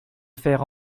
faire